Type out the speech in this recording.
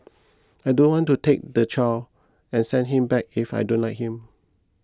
I don't want to take the child and send him back if I don't like him